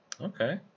Okay